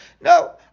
No